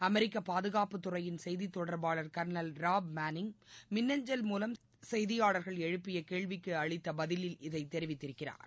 அமெிக்க பாதுகாப்புத் துறையின் செய்தித் தொடர்பாளர் கர்னல் ராப் மேனிங் மின்னஞ்சல் மூலம் செய்தியாளா்கள் எழுப்பிய கேள்விக்கு அளித்த பதிலில் இதை தெரிவித்திருக்கிறாா்